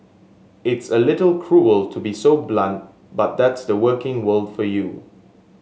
it's a little cruel to be so blunt but that's the working world for you